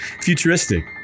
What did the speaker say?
futuristic